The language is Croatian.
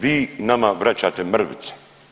Vi nama vraćate mrvice.